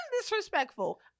disrespectful